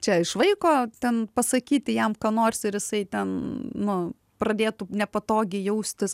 čia iš vaiko ten pasakyti jam ką nors ir jisai ten nu pradėtų nepatogiai jaustis